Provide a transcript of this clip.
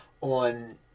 on